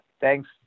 thanks